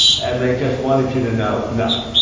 and they just wanted you to know, no